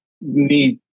need